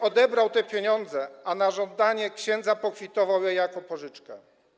odebrał te pieniądze, a na żądanie księdza pokwitował je jako pożyczkę.